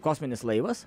kosminis laivas